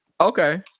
Okay